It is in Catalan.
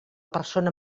persona